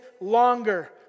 longer